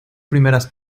primeras